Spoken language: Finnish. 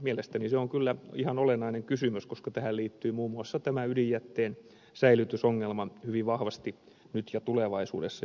mielestäni se on kyllä ihan olennainen kysymys koska tähän liittyy muun muassa tämä ydinjätteen säilytysongelma hyvin vahvasti nyt ja tulevaisuudessa ja erityisesti tulevaisuudessa